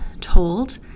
told